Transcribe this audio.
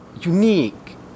unique